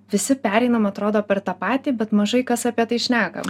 visi pereinam atrodo per tą patį bet mažai kas apie tai šneka